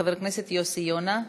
חבר הכנסת יוסי יונה,